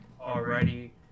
already